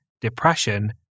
depression